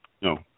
No